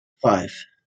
five